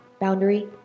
Boundary